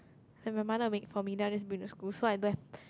and my mother will make for me then I'll just bring to school so I don't have